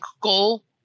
goal